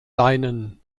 leinen